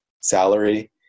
salary